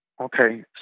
Okay